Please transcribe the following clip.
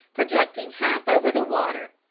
projecting half over the water.